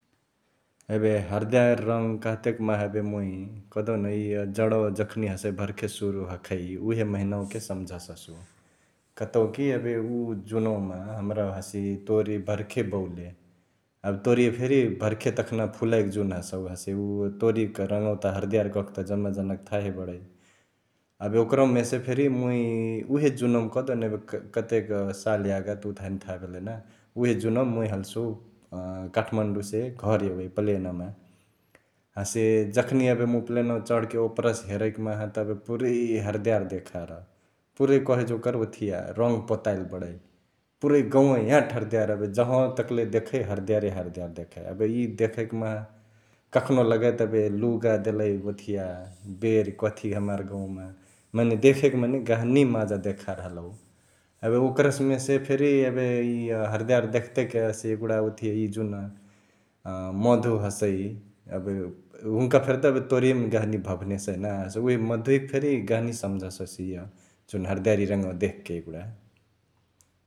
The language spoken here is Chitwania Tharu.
एबे हरदियार रङ्ग कहतेक माहा मुइ कहदेउन इअ जडवा जखनी हसै भर्खे सुरु हखई उहे महिनवा के सम्झससु कतौकी एबे उ जुनवामा हमरा हसी तोरी भर्खे बोउले । एबे तोरिया फेरी भर्खे तखना फुलएके जुन हसौ हसे उ तोरियाक रङ्गवा त हरदियार कहके त जम्मा जाना क थाहे बडै । एबे ओकरमा मेहेसे फेरी मुइ उहे जुनवाक कहदेउन एबे कतेक साल यागा उ त हैने थाह भेलई ना, उहे जुनवा मुइ हल्सु अ काठमाडौंसे घर एवै प्लेनमा हसे जखनी एबे मुइ प्लेनवामा चढके ओपरा से हेरै माहा त पुरै हरदियार देखार्, पुरै कहे जोकर ओथिया रङ्ग पोताइली बडै, पुरै गौंवा याट हरदियार एबे जहवा तक्ले देखै हरदियारे हरदियार देखै । एबे इ देखैक माहा कखनो लगै त एबे लुगा देलई ओथिया बेरी कथी हमार गौंवा मा मने देखेके मने गहनी माजा देखार हलौ । एबे ओकरेसे मेसे फेरी एबे इअ हरदियार देख्तेक हसे एगुडा ओथिया इ जुन अ मधु हसै एबे हुन्का फेरी त एबे तोरियामा गहनी भभनेसई ना, हसे उहे मधुवैक फेरी गहनी सम्झससु इअ जुन हरदियारी रङ्गवा देखके एगुडा ।